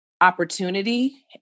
opportunity